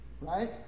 right